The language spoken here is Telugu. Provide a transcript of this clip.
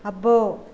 అబ్బో